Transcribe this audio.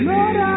Lord